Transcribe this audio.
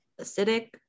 acidic